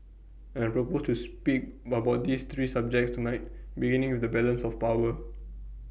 and propose to speak about these three subjects tonight beginning with the balance of power